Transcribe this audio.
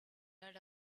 heard